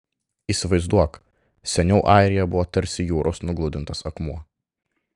įsivaizduok seniau airija buvo tarsi jūros nugludintas akmuo